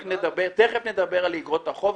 תכף נדבר גם על איגרות החוב,